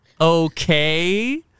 okay